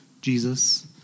Jesus